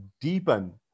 deepen